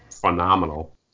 phenomenal